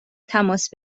تماس